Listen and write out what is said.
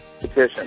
petition